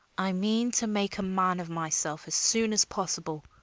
i mean to make a man of myself as soon as possible.